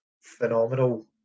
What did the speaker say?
phenomenal